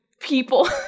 people